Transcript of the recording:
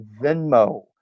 Venmo